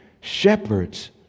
shepherds